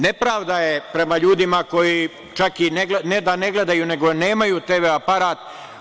Nepravda je prema ljudima koji, čak, ne i da ne gledaju, nego nemaju TV aparat.